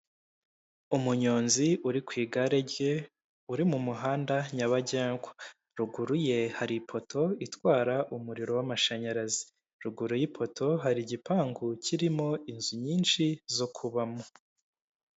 Umunyonzi uri ku igare rye, uri mu muhanda nyabagendwa. Ruguru ye hari ipoto itwara umuriro w'amashanyarazi. Ruguru y'ipoto hari igipangu kirimo inzu nyinshi zo kubamo.